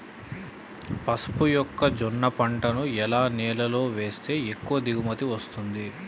పసుపు మొక్క జొన్న పంటలను ఎలాంటి నేలలో వేస్తే ఎక్కువ దిగుమతి వస్తుంది?